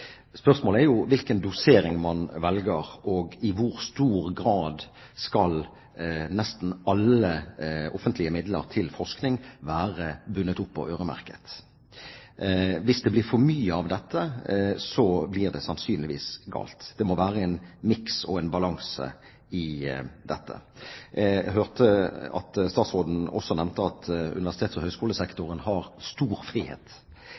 Spørsmålet er hvilken dosering man velger, og i hvor stor grad nesten alle offentlige midler til forskning skal være bundet opp og øremerket. Hvis det blir for mye av dette, blir det sannsynligvis galt. Det må være en miks og en balanse i dette. Jeg hørte at statsråden også nevnte at universitets- og høyskolesektoren har stor frihet.